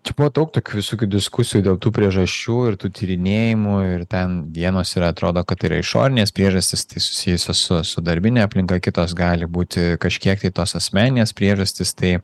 čia buvo daug tokių visokių diskusijų dėl tų priežasčių ir tų tyrinėjimų ir ten vienuose ir atrodo kad yra išorinės priežastys tai susijusios su darbine aplinka kitos gali būti kažkiek tai tos asmeninės priežastys tai